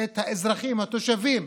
את האזרחים, התושבים,